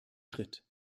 schritt